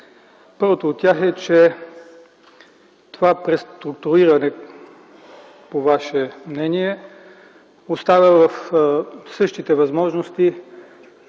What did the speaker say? Първото от тях е, че това преструктуриране по Ваше мнение оставя в същите възможности